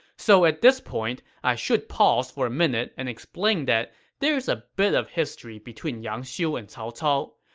so at this point, i should pause for a minute and explain that there's a bit of history between yang xiu and cao cao.